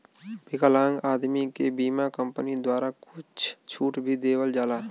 विकलांग आदमी के बीमा कम्पनी द्वारा कुछ छूट भी देवल जाला